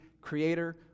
creator